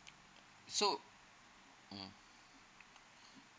so mm